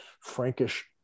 Frankish